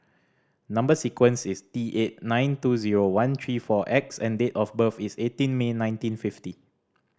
number sequence is T eight nine two zero one three four X and date of birth is eighteen May nineteen fifty